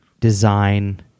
design